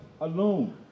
alone